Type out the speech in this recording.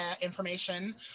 information